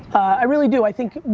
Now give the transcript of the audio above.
i really do. i think,